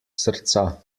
srca